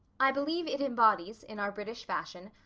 i believe it embodies, in our british fashion,